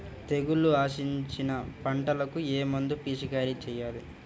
తెగుళ్లు ఆశించిన పంటలకు ఏ మందు పిచికారీ చేయాలి?